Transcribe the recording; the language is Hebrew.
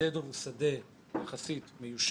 שדה דב הוא שדה יחסית מיושן,